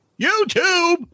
YouTube